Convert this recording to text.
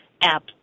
app